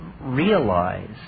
realize